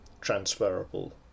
transferable